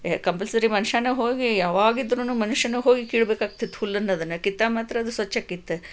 compulsory ಮನುಷ್ಯನೇ ಹೋಗಿ ಯಾವಾಗಿದ್ರು ಮನುಷ್ಯನೇ ಹೋಗಿ ಕೀಳ್ಬೇಕಾಗ್ತಿತ್ತು ಹುಲ್ಲನ್ನು ಅದನ್ನು ಕಿತ್ತಾಗ ಮಾತ್ರ ಅದು ಸ್ವಚ್ಛಕ್ಕಿತ್ತ